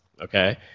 okay